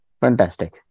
Fantastic